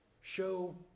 Show